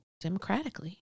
democratically